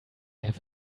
have